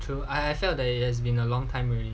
I I felt that it has been a long time already